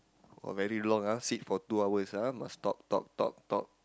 oh very long ah sit for two hours ah must talk talk talk talk